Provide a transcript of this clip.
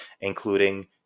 including